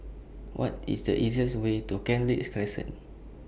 What IS The easiest Way to Kent Ridge Crescent